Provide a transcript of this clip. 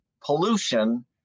pollution